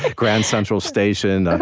grand central station,